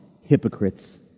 hypocrites